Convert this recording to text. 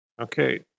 Okay